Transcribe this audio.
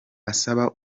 asaba